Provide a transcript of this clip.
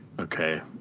okay